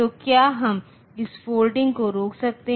तो क्या हम इस फोल्डिंग को रोक सकते हैं